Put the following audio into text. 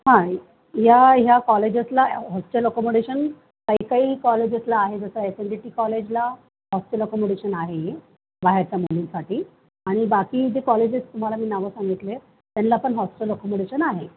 हां या ह्या कॉलेजेसला हॉस्टेल अकोमोडेशन काही काही कॉलेजेसला आहे जसं एस एन जी टी कॉलेजला हॉस्टेल अकोमोडेशन आहे बाहेरच्या मुलींसाठी आणि बाकी जे कॉलेजेस तुम्हाला मी नावं सांगितले आहेत त्यांना पण हॉस्टेल अकोमोडेशन आहे